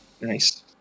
Nice